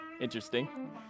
interesting